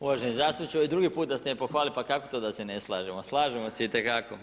Uvaženi zastupniče, ovo je drugi put da ste me pohvalili, pa kako to da se ne slažemo, slažemo se, itekako.